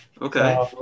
Okay